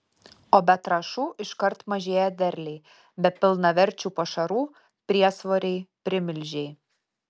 o be trąšų iškart mažėja derliai be pilnaverčių pašarų priesvoriai primilžiai